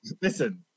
Listen